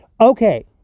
Okay